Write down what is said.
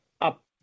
up